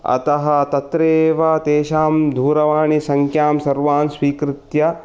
अतः तत्रैव तेषां दूरवाणीसङ्ख्यां सर्वान् स्वीकृत्य